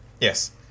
Yes